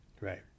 Right